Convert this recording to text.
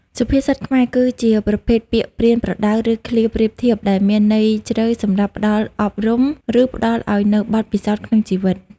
សុភាសិតខ្មែរ គឺជាប្រភេទពាក្យប្រៀនប្រដៅ ឬឃ្លាប្រៀបធៀបដែលមានន័យជ្រៅសម្រាប់ផ្ដល់អប់រំ ឬផ្ដល់ឱ្យនូវបទពិសោធន៍ក្នុងជីវិត។